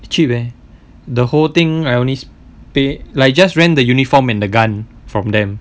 cheap leh the whole thing I only pay like just rent the uniform and the gun from them